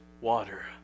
water